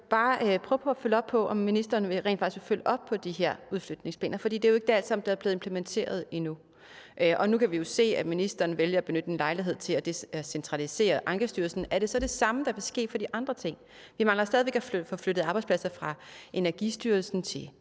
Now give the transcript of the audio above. på at følge op på, om ministeren rent faktisk vil følge op på de her udflytningsplaner. For det er jo ikke alt sammen blevet implementeret endnu. Og nu kan vi jo se, at ministeren vælger at benytte en lejlighed til at centralisere Ankestyrelsen. Er det så det samme, der vil ske for de andre ting? Vi mangler stadig væk at få flyttet arbejdspladser i Energistyrelsen til Stenlille